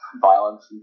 violence